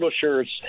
shirts